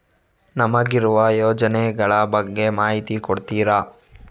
ನಮಗಿರುವ ಯೋಜನೆಗಳ ಬಗ್ಗೆ ಮಾಹಿತಿ ಕೊಡ್ತೀರಾ?